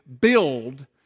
build